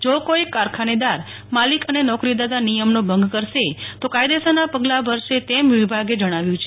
જો કોઈ કારખાનેદાર માલિક અને નોકરીદાતા નિયમનો ભગ કરશે તો કાયદેસરના પગલા ભરશે તેમ વિભાગે જણાવ્યું છે